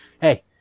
Hey